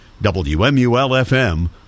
WMUL-FM